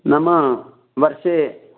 नाम वर्षे